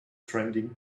trending